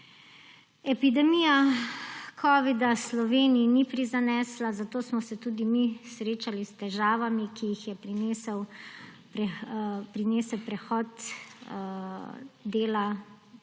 Epidemija covida Sloveniji ni prizanesla, zato smo se tudi mi srečali s težavami, ki jih je prinesel prehod dela